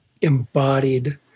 embodied